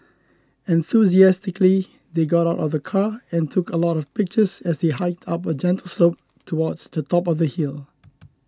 enthusiastically they got out of the car and took a lot of pictures as they hiked up a gentle slope towards the top of the hill